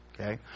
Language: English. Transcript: Okay